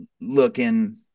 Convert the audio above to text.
looking